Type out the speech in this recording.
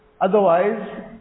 Otherwise